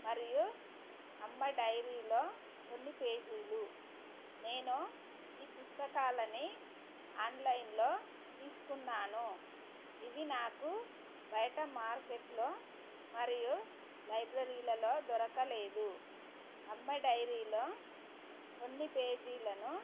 మరియు అమ్మ డైరీలో కొన్నిపేజీలు నేను ఈ పుస్తకాలని ఆన్లైన్లో తీసుకున్నాను ఇవి నాకు బయట మార్కెట్లో మరియు లైబ్రరీలలో దొరకలేదు అమ్మ డైరీలో కొన్ని పేజీలను